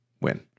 win